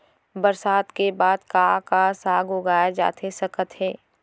बरसात के बाद का का साग उगाए जाथे सकत हे?